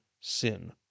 sin